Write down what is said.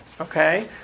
Okay